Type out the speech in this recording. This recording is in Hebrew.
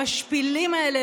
המשפילים האלה,